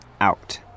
out